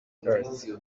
earth